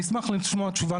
אני אשמח לשמוע תשובה,